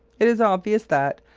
it is obvious that,